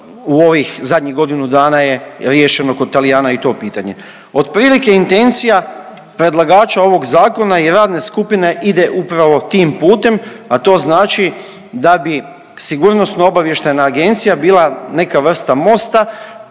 u ovih zadnjih godinu dana je riješeno kod Talijana i to pitanje. Otprilike intencija predlagača ovog zakona i radne skupine ide upravo tim putem, a to znači da bi SOA bila neka vrsta mosta